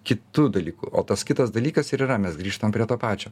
kitu dalyku o tas kitas dalykas ir yra mes grįžtam prie to pačio